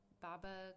Baba